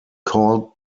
called